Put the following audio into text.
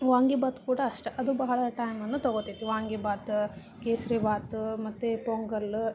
ವಾಂಗಿಬಾತು ಕೂಡ ಅಷ್ಟೆ ಅದು ಬಹಳ ಟೈಮನ್ನು ತಗೊಳ್ತೈತೆ ವಾಂಗಿಬಾತು ಕೇಸ್ರಿಬಾತು ಮತ್ತು ಪೊಂಗಲ್